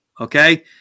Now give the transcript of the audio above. Okay